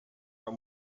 are